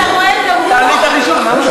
אוקיי,